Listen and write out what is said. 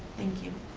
thank you.